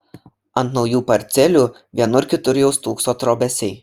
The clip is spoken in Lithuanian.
ant naujų parcelių vienur kitur jau stūkso trobesiai